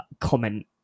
Comment